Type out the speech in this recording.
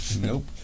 Nope